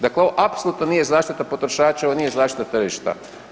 Dakle, ovo apsolutno nije zaštita potrošača, ovo nije zaštita tržišta.